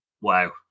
Wow